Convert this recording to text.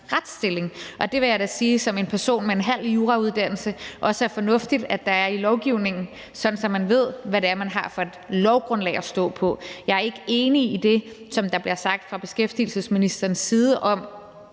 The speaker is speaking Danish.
Det vil jeg da sige som en person med en halv jurauddannelse er fornuftigt også er i lovgivningen, sådan at man ved, hvad for et lovgrundlag man har at stå på. Jeg er ikke enig i det, der bliver sagt fra beskæftigelsesministerens side om,